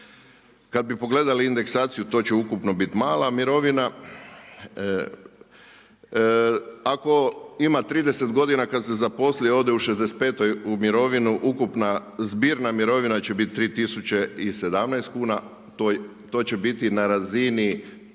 Kad bi pogledali indeksaciju to će ukupno biti mala mirovina. Ako ima 30 godina kad se zaposli ode u 65 u mirovinu, ukupna zbirna mirovina će biti 3017 kuna. To će biti na razini